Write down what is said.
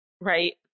Right